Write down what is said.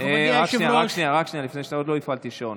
רק שנייה, רק שנייה, עוד לא הפעלתי שעון.